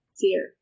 fear